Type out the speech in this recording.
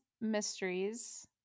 mysteries